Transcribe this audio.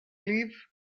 leave